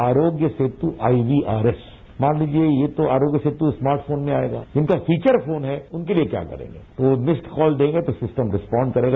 आरोग्य सेतु आईवीआरस मान लीजिए ये तो आरोग्य सेतु स्मार्ट फोन में आएगा जिनका फीचर फोन है उनके लिए क्या करेगा वो मिस्डकॉल देगा तो सिस्टम रेस्पॉन्स करेगा